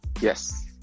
Yes